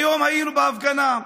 היום היינו בהפגנה.